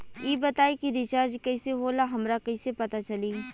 ई बताई कि रिचार्ज कइसे होला हमरा कइसे पता चली?